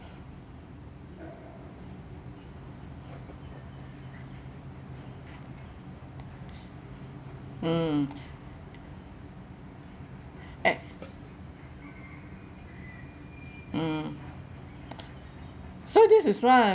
mm ac~ mm so this is one